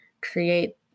create